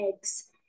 eggs